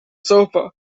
sofa